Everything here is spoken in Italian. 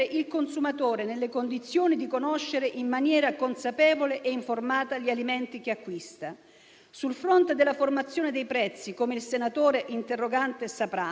A causa della pandemia, il termine della raccolta delle deleghe per stabilire la rappresentanza del mondo produttivo in questa commissione è stata posticipata al 30 settembre.